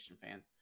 fans